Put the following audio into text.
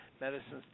medicines